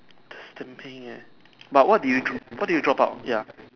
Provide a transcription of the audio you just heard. that's the mean eh but what did you drew what did you drop out ya